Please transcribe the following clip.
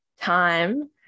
time